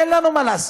אין לנו מה לעשות.